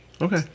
Okay